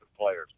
players